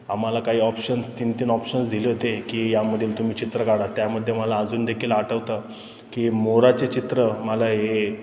आम्हाला काही ऑप्शन्स तीन तीन ऑप्शन्स दिले होते की यामधील तुम्ही चित्र काढा त्यामध्ये मला अजून देखील आठवतं की मोराचे चित्र मला हे